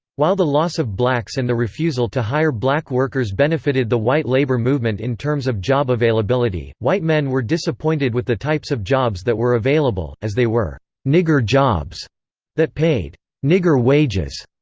while the loss of blacks and the refusal to hire black workers benefitted the white labor movement in terms of job availability, white men were disappointed with the types of jobs that were available, as they were nigger jobs that paid nigger wages.